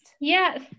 Yes